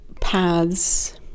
paths